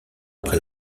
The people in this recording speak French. après